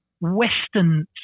Western